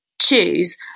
choose